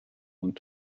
und